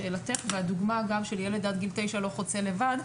הובאה פה הדוגמה של ילד בן תשע שלא חוצה היום את הכביש לבד.